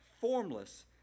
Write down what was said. formless